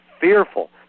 fearful